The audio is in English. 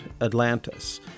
Atlantis